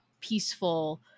peaceful